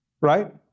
right